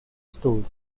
stores